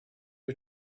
had